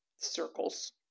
circles